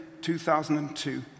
2002